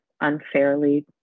unfairly